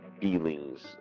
feelings